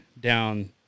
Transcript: down